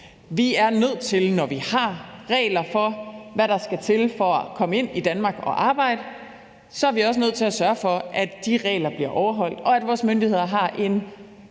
i vores land. Når vi har regler for, hvad der skal til for at komme ind i Danmark og arbejde, så er vi også nødt til at sørge for, at de regler bliver overholdt, og at vores myndigheder har en